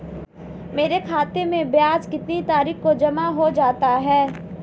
मेरे खाते में ब्याज कितनी तारीख को जमा हो जाता है?